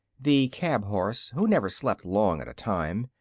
the cab-horse, who never slept long at a time,